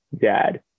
dad